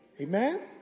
Amen